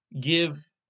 give